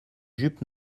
jupe